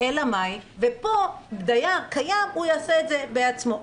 ופה דייר קיים יעשה את זה בעצמו.